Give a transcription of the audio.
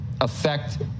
affect